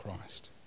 Christ